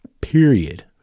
period